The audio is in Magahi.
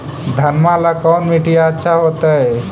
घनमा ला कौन मिट्टियां अच्छा होतई?